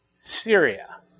Syria